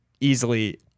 easily